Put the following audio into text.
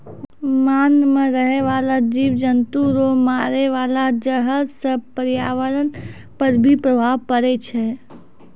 मान मे रहै बाला जिव जन्तु रो मारे वाला जहर से प्रर्यावरण पर भी प्रभाव पड़ै छै